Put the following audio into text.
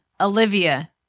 Olivia